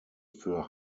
für